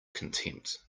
contempt